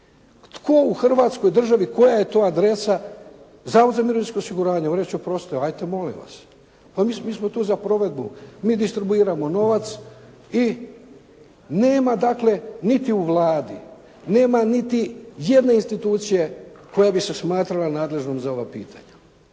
Tko u Hrvatskoj državi, koja je to adresa, Zavod za mirovinsko osiguranje. Oni će reći oprostite, hajte molim vas. Pa mi smo tu za provedbu. Mi distribuiramo novac i nema dakle niti u Vladi, nema niti jedne institucije koja bi se smatrala nadležnom za ova pitanja.